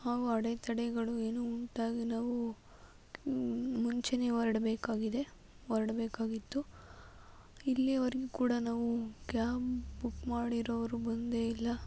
ಹಾಗೂ ಅಡೆತಡೆಗಳು ಏನು ಉಂಟಾಗಿ ನಾವು ಮುಂಚೆನೇ ಹೊರಡಬೇಕಾಗಿದೆ ಹೊರಡಬೇಕಾಗಿತ್ತು ಇಲ್ಲಿಯವರೆಗೂ ಕೂಡ ನಾವು ಕ್ಯಾಬ್ ಬುಕ್ ಮಾಡಿರೋರು ಬಂದೇ ಇಲ್ಲ